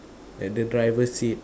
at the driver seat